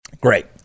Great